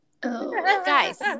Guys